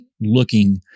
looking